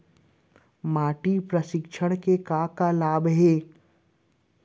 माटी परीक्षण के का का लाभ हे?